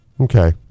Okay